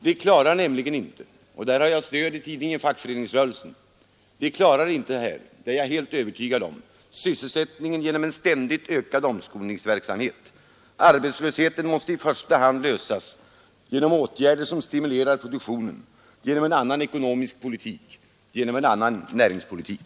Vi klarar nämligen inte — det är jag helt övertygad om, och där har jag stöd i tidningen Fackföreningsrörelsen — sysselsättningen genom en ständigt ökad omskolningsverksamhet. Arbetslöshetsproblemet måste i första hand lösas genom åtgärder som stimulerar produktionen, dvs. genom en annan ekonomisk politik och en annan näringspolitik.